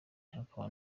akaba